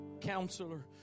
counselor